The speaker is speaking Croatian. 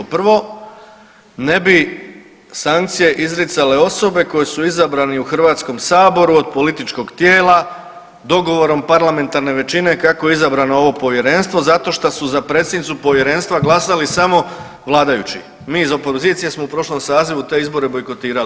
Prvo, ne bi sankcije izricale osobe koje su izabrani u Hrvatskom saboru od političkog tijela, dogovorom parlamentarne većine kako je izabrano ovo Povjerenstvo, zato što su za predsjednicu Povjerenstva glasali samo vladajući, mi iz opozicije smo u prošlom sazivu te izbore bojkotirali.